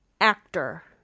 actor